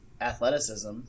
athleticism